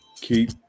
Keep